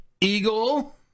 eagle